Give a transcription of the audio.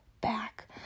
back